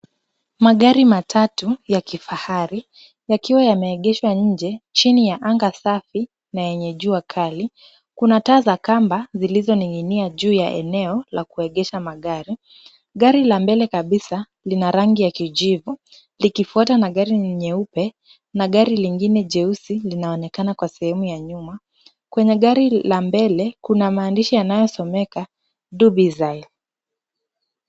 Magari matatu ya kifahari yakiwa yameegeshwa nje chini ya anga safi na yenye jua kali. Kuna taa za kamba zilizoning'nia juu ya eneo ya kuendasha magari. Gari la mbele kabisa lina rangi ya kijivu likifuatwa na gari nyeupe na gari lingine jeusi linaonekana kwa sehemu ya nyuma. Kwenye gari la mbele kuna gari linalosomeka, Dubicile.